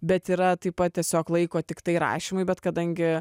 bet yra taip pat tiesiog laiko tiktai rašymui bet kadangi